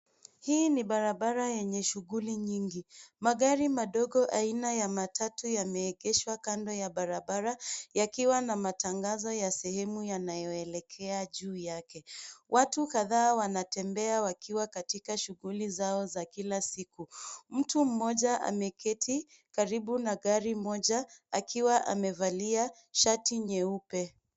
Hii ni barabara yenye shughuli nyingi magari madogo aina ya matatu yameegeshwa kando ya barabara yakiwa na matangazo ya sehemu yanayo elekea juu yake watu kadhaa wanatembea wakiwa katika shughuli zao za kila siku. Mtu mmoja ameketi karibu na gari moja akiwa amevalia shati nyeupe.